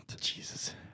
Jesus